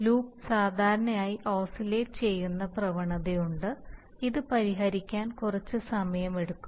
loop സാധാരണയായി oscillate ചെയ്യുന്ന പ്രവണതയുണ്ട് ഇത് പരിഹരിക്കാൻ കുറച്ച് സമയമെടുക്കും